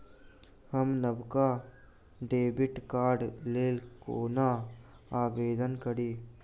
हम नवका डेबिट कार्डक लेल कोना आवेदन करी?